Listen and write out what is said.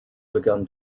begun